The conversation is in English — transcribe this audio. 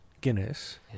Guinness